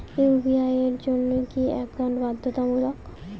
UPI এর জন্য কি একাউন্ট বাধ্যতামূলক?